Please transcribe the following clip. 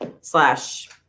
slash